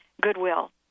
goodwill